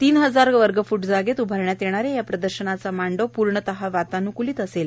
तीन हजार वर्गफ्टजागेत उभारण्यात येणा या या प्रदर्शनाचे मंडप पूर्णतः वातान्कुलित असणार आहे